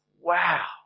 wow